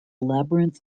labyrinth